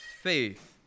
faith